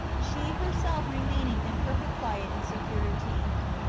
she herself remaining in perfect quiet and security.